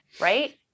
right